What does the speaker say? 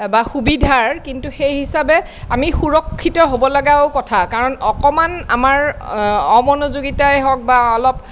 বা সুবিধাৰ কিন্তু সেই হিচাবে আমি সুৰক্ষিত হ'বলগাও কথা কাৰণ অকণমান আমাৰ অমনোযোগীতাই হওঁক বা অলপ